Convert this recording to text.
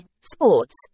sports